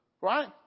right